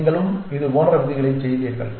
நீங்களும் இது போன்ற விதிகளைச் செய்வீர்கள்